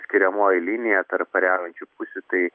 skiriamoji linija tarp kariaujančių pusių tai